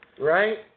Right